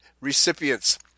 recipients